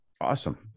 Awesome